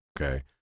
okay